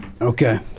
Okay